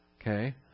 Okay